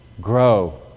Grow